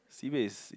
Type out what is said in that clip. sibei is